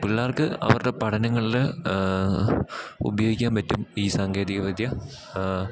പിള്ളേർക്ക് അവരുടെ പഠനങ്ങളിൽ ഉപയോഗിക്കാൻ പറ്റും ഈ സാങ്കേതികവിദ്യ